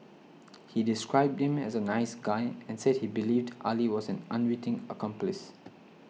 he described him as a nice guy and said he believed Ali was an unwitting accomplice